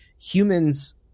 Humans